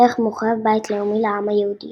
ערך מורחב – בית לאומי לעם היהודי